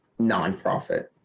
nonprofit